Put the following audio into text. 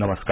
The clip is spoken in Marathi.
नमस्कार